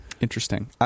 Interesting